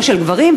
לא של גברים,